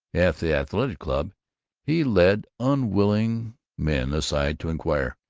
at the athletic club he led unwilling men aside to inquire,